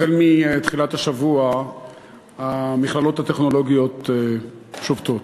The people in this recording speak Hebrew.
החל מתחילת השבוע המכללות הטכנולוגיות שובתות.